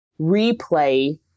replay